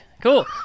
cool